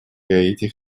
гаити